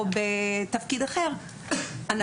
או בתפקיד אחר,